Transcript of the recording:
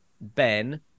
Ben